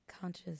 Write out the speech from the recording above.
conscious